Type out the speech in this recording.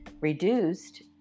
reduced